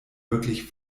wirklich